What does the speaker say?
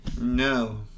No